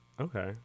Okay